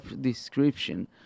description